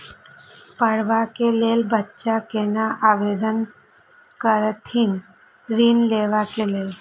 पढ़वा कै लैल बच्चा कैना आवेदन करथिन ऋण लेवा के लेल?